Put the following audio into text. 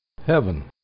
heaven